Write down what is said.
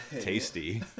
Tasty